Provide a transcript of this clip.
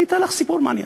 אני אספר לך סיפור מעניין.